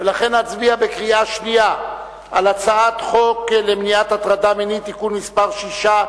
ולכן נצביע בקריאה שנייה על הצעת חוק למניעת הטרדה מינית (תיקון מס' 6),